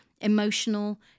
emotional